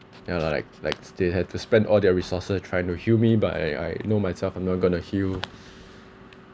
then they all like like they had to spend all their resources trying to heal me but I I know myself I'm not going to heal